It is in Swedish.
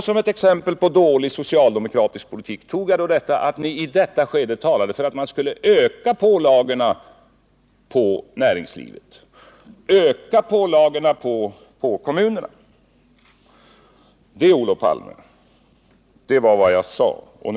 Som ett exempel på dålig socialdemokratisk politik nämnde jag då att ni i detta skede talade för att man skulle öka pålagorna på näringslivet och kommunerna. Det, Olof Palme, var vad jag sade.